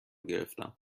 گرفتم